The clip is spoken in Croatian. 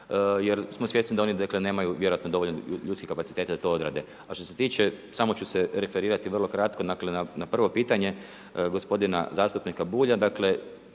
jer smo svjesni da oni dakle nemaju vjerojatno dovoljno ljudskih kapaciteta da to odrade. A što se tiče, samo ću se referirati vrlo kratko, dakle na prvo pitanje gospodina zastupnika Bulja,